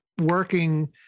working